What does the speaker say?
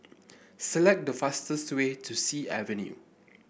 select the fastest way to Sea Avenue